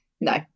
No